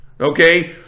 Okay